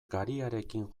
gariarekin